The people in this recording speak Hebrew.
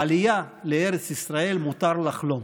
בעלייה לארץ ישראל מותר לחלום.